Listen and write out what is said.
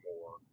more